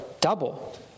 double